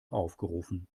aufgerufen